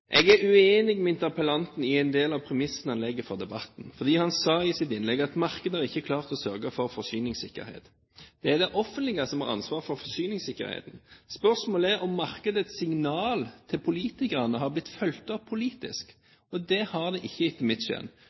Jeg er uenig med interpellanten i en del av premissene han legger for debatten, fordi han sa i sitt innlegg at markedet har ikke klart å sørge for forsyningssikkerhet. Det er det offentlige som har ansvar for forsyningssikkerheten. Spørsmålet er om markedets signal til politikerne har blitt fulgt opp politisk. Det har det ikke etter mitt skjønn.